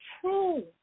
True